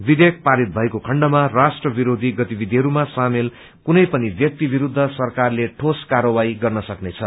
विवेयक पारित भएको खण्डमा राष्ट्र विरोधी गतिविधिमा सामेल कुनै पनि व्यक्ति विरूद्ध सरकारले ठोस कार्यवाही गर्न सक्नेछ